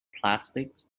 plastics